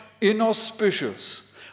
inauspicious